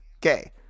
gay